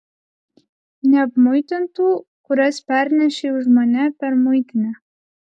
neapmuitintų kurias pernešei už mane per muitinę